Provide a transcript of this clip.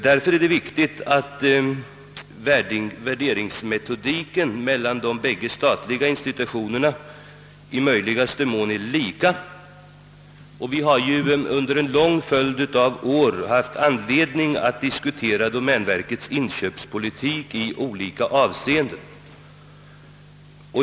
Därför är det viktigt att de båda statliga institutionernas värderingsmetodik i möjligaste mån är lika. Vi har ju under en lång följd av år haft anledning att diskutera domänverkets inköpspolitik i olika avseenden.